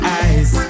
eyes